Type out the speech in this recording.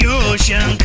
ocean